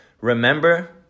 Remember